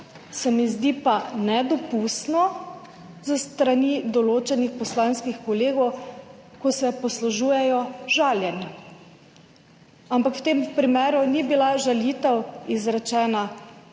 se mi pa zdi nedopustno s strani določenih poslanskih kolegov, ko se poslužujejo žaljenja. Ampak v tem primeru ni bila žalitev izrečena